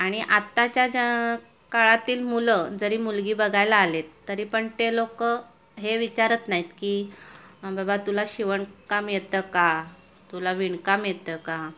आणि आत्ताच्या ज्या काळातील मुलं जरी मुलगी बघायला आले तरी पण ते लोकं हे विचारत नाही आहेत की बाबा तुला शिवणकाम येतं का तुला विणकाम येतं का